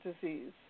disease